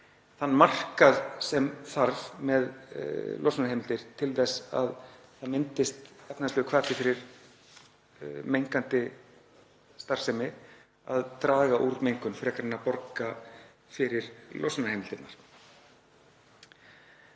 þann markað sem þarf með losunarheimildir til þess að það myndist hvati fyrir mengandi starfsemi að draga úr mengun frekar en að borga fyrir losunarheimildirnar.